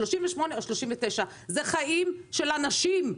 38 או 39. זה חיים של אנשים,